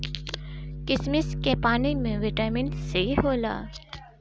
किशमिश के पानी में बिटामिन सी होला